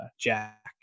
Jack